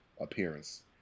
appearance